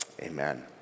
Amen